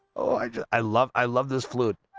ah i i love i love this flute